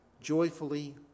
joyfully